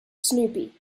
snoopy